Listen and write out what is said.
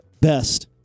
best